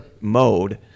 mode –